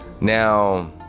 Now